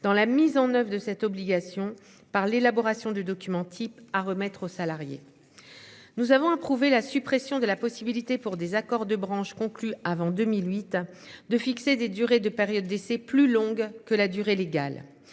dans la mise en oeuvre de cette obligation par l'élaboration du document type à remettre aux salariés. Nous avons approuvé la suppression de la possibilité pour des accords de branche, conclu avant 2008 de fixer des durées de période d'essai plus longue que la durée légale.